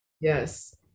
Yes